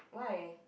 why